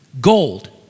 gold